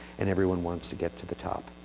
and everyone wants to get to the top